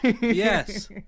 Yes